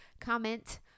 comment